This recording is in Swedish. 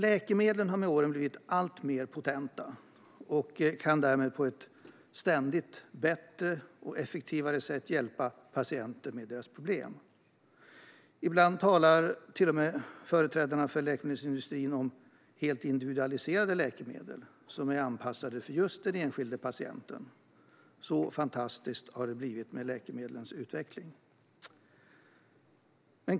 Läkemedlen har med åren blivit alltmer potenta och kan därmed på ett ständigt bättre och effektivare sätt hjälpa patienter med deras problem. Ibland talar företrädare för läkemedelsindustrin till och med om helt individualiserade läkemedel som är anpassade för just den enskilda patienten. Så fantastiskt har det blivit med läkemedlens utveckling.